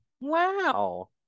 wow